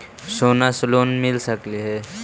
सोना से लोन मिल सकली हे?